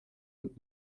und